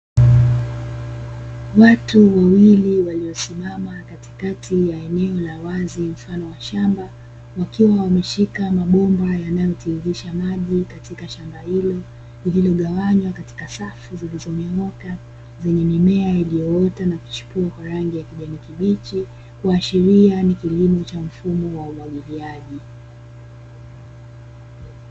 Watu wawili waliosimama katikati ya eneo la wazi mfano wa shamba, wakiwa wameshika mabomba yanayotiririsha maji katika shamba hilo lililogawanywa katika safu zilizonyooka, zenye mimea iliyoota na kuchipua kwa rangi ya kijani kibichi, kuashiria ni kilimo cha mfumo wa umwagiliaji.